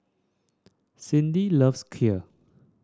Cyndi loves Kheer